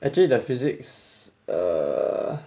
actually the physics err